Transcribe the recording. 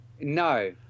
No